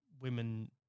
women